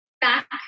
back